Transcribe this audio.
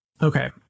Okay